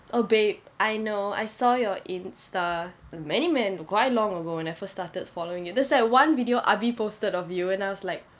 uh babe I know I saw your Instagram many man quite long ago when I started following it there's like one video abi posted of you and I was like